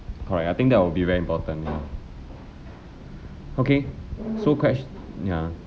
correct I think that will be very important lor okay so ques~ ya